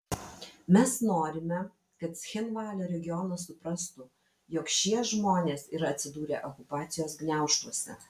mes norime kad cchinvalio regionas suprastų jog šie žmonės yra atsidūrę okupacijos gniaužtuose